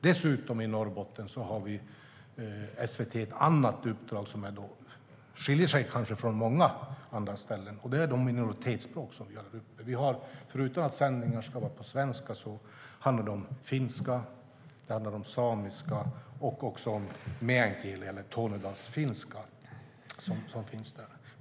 Dessutom har SVT i Norrbotten ett annat uppdrag som kanske skiljer sig från uppdraget på många ställen, och det handlar om de minoritetsspråk vi har där uppe. Förutom att sändningar ska vara på svenska finns finska, samiska och meänkieli, alltså tornedalsfinska, där.